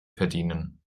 verdienen